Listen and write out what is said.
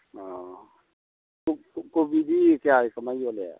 ꯑꯣ ꯀꯣꯕꯤꯗꯤ ꯀꯌꯥꯒꯤ ꯀꯃꯥꯏ ꯌꯣꯜꯂꯤ